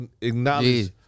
acknowledge